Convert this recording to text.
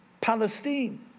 Palestine